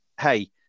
Hey